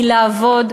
לעבוד,